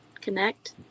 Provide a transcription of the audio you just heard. connect